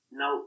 no